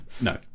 no